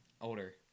Older